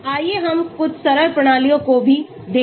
आइए हम कुछ सरल प्रणालियों को भी देखें